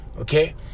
okay